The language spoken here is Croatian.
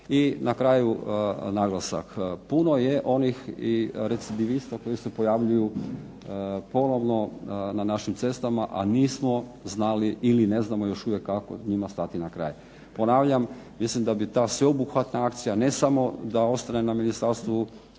I na kraju naglasak, puno je onih i recidivista koji se pojavljuju ponovno na našim cestama, a nismo znali ili ne znamo još uvijek kako njima stati na kraj. Ponavljam mislim da bi ta sveobuhvatna akcija ne samo da ostane na Ministarstvu